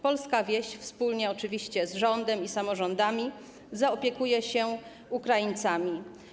Polska wieś, wspólnie oczywiście z rządem i samorządami, zaopiekuje się Ukraińcami.